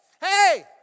hey